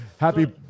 Happy